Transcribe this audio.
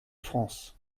france